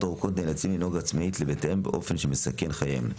ארוכות נאלצים לנהוג עצמאית לבתיהם באופן שמסכן חייהם".